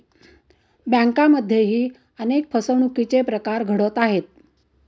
बँकांमध्येही अनेक फसवणुकीचे प्रकार घडत आहेत